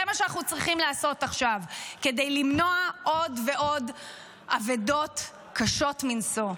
זה מה שאנחנו צריכים לעשות עכשיו כדי למנוע עוד ועוד אבדות קשות מנשוא.